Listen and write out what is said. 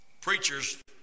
preachers